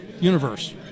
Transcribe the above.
universe